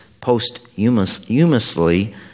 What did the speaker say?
posthumously